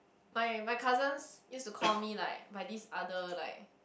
my my cousins used to call me like by this other like